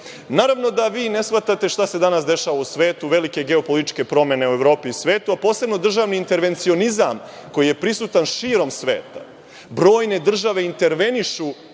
firme. Naravno, da vi ne shvatate šta se danas dešava u svetu, velike geo-političke promene u Evropi i svetu, a posebno državni intervencionizam, koji je prisutan širom sveta. Brojne države intervenišu